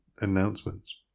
announcements